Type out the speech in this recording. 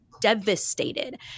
devastated